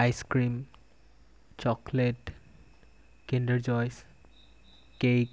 ice cream chocolate kinder joys cake